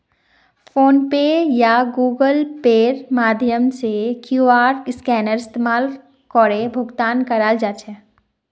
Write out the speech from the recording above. phone पे या Google पेर माध्यम से क्यूआर स्कैनेर इस्तमाल करे भुगतान कराल जा छेक